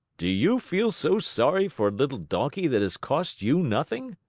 do you feel so sorry for a little donkey that has cost you nothing?